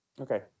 Okay